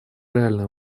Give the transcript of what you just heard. реальной